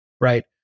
right